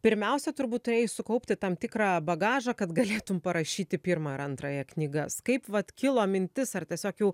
pirmiausia turbūt turėjai sukaupti tam tikrą bagažą kad galėtum parašyti pirmą ir antrąją knygas kaip vat kilo mintis ar tiesiog jau